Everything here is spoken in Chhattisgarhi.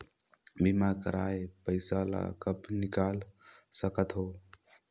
बीमा कर पइसा ला कब निकाल सकत हो?